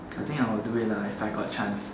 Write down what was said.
I think I will do it lah if I got chance